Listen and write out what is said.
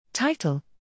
Title